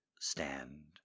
Stand